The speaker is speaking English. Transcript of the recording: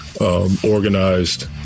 organized